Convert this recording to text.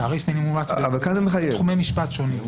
יש תעריף מינימום מומלץ בתחומי משפט שונים.